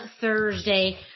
Thursday